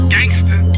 Gangster